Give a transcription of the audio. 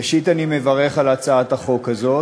ראשית, אני מברך על הצעת החוק הזאת.